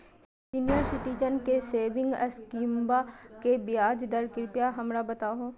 senior citizen के saving स्कीमवा के ब्याज दर कृपया हमरा बताहो